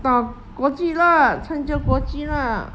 打国际 lah 参加国际 lah